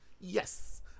Yes